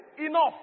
Enough